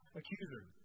accuser